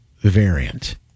variant